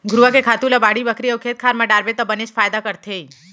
घुरूवा के खातू ल बाड़ी बखरी अउ खेत खार म डारबे त बने फायदा करथे